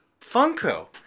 Funko